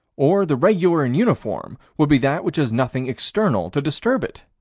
or the regular and uniform would be that which has nothing external to disturb it.